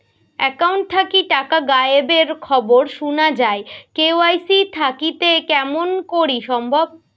Account থাকি টাকা গায়েব এর খবর সুনা যায় কে.ওয়াই.সি থাকিতে কেমন করি সম্ভব?